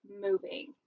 moving